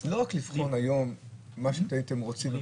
זה לא רק לבחון היום מה שאתם הייתם רוצים,